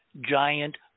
giant